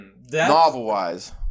Novel-wise